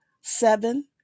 Seven